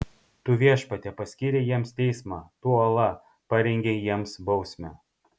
tu viešpatie paskyrei jiems teismą tu uola parengei jiems bausmę